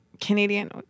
Canadian